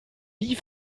nie